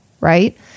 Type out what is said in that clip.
right